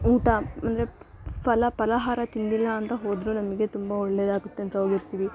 ಊಟ ಅಂದರೆ ಫಲ ಫಲಾಹಾರ ತಿಂದಿಲ್ಲ ಅಂತ ಹೋದರೂ ನಮಗೆ ತುಂಬ ಒಳ್ಳೆಯದಾಗುತ್ತೆ ಅಂತ ಹೋಗಿರ್ತೀವಿ